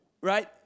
right